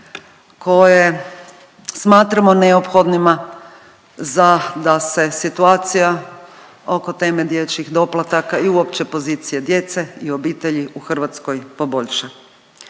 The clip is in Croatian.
koje smatramo neophodnima za da se situacija oko teme dječjih doplataka i uopće pozicije djece i obitelji u Hrvatskoj poboljša.